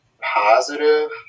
positive